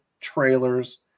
trailers